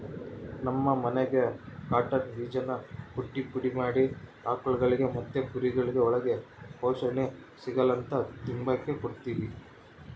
ನಮ್ ಮನ್ಯಾಗ ಕಾಟನ್ ಬೀಜಾನ ಕುಟ್ಟಿ ಪುಡಿ ಮಾಡಿ ಆಕುಳ್ಗುಳಿಗೆ ಮತ್ತೆ ಕುರಿಗುಳ್ಗೆ ಒಳ್ಳೆ ಪೋಷಣೆ ಸಿಗುಲಂತ ತಿಂಬಾಕ್ ಕೊಡ್ತೀವಿ